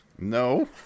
No